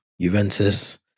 Juventus